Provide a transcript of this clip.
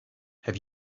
have